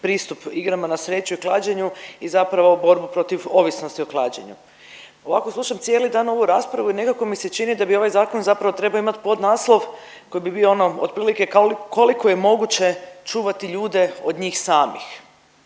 pristup igrama na sreću i klađenju i zapravo borbu protiv ovisnosti o klađenju. Ovako slušam cijeli dan ovu raspravu i nekako mi se čini da bi ovaj zakon zapravo trebao imati podnaslov koji bi bio ono otprilike koliko je moguće čuvati ljude od njih samih.